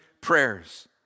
prayers